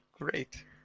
Great